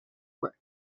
work